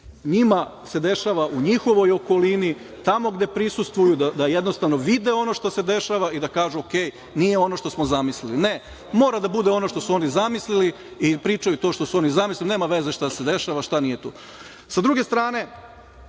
njima dešava, u njihovoj okolini, tamo gde prisustvuju, da jednostavno vide ono što se dešava i da kažu – u redu, nije ono što smo zamislili. Ne, mora da bude ono što su oni zamislili i pričaju ono što su oni zamislili, nema veze šta se dešava, šta nije tu. Sa